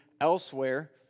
elsewhere